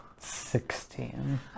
Sixteen